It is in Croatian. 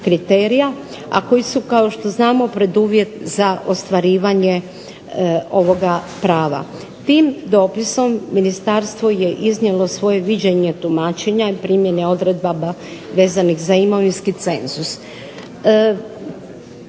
a koji su kao što znamo preduvjet za ostvarivanje ovoga prava. Tim dopisom, Ministarstvo je iznijelo svoje viđenje tumačenja ili primjene odredaba vezanih za imovinski cenzus.